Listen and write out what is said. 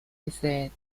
gesät